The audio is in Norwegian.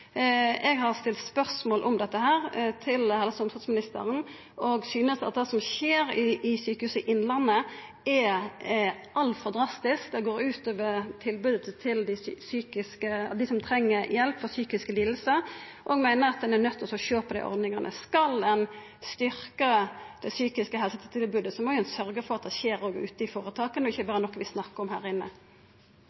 Eg har stilt spørsmål om dette til helse- og omsorgsministeren. Eg synest at det som skjer ved Sykehuset Innlandet, er altfor drastisk, det går ut over tilbodet til dei som treng hjelp for psykiske lidingar, og eg meiner at ein er nøydd til å sjå på desse ordningane. Skal ein styrkja det psykiske helsetilbodet, må ein sørgja for at det òg skjer ute i føretaka, og at det ikkje